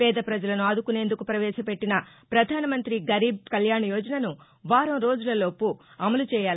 పేద ప్రజలను ఆదుకునేందకు ప్రవేశపెట్లిన ప్రధానమంత్రి గరీబ్ కళ్యాణ్ యోజనసు వారం రోజుల లోపు అమలు చేయాలని సూచించారు